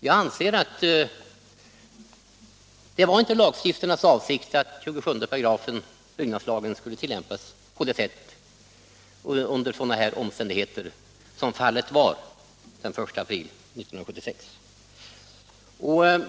Jag anser att det inte var lagstiftarnas avsikt att 27 § byggnadslagen skulle tillämpas under de omständigheter som rådde den 1 april 1976.